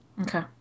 Okay